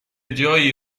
جایی